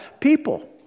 people